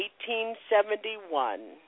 1871